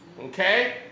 Okay